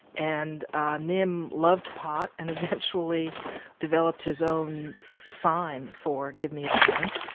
and nim loved pot and eventually developed his own sign for give me a joint.